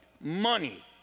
money